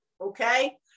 Okay